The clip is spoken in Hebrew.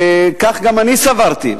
כך גם אני סברתי,